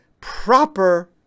proper